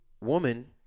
woman